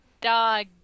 dog